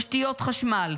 תשתיות חשמל,